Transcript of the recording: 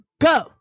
go